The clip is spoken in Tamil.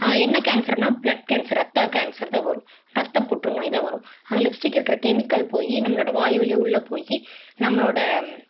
என்ன கேன்சர்னா ப்ளட் கேன்சர் ரத்த கேன்சர் தான் வரும் இரத்தப் புற்றுநோய் தான் வரும் அந்த லிப்ஸ்டிகில் இருக்கிற கெமிக்கல் போய் நம்மளோடய வாய் வழியாக உள்ளேப் போய் நம்மளோடய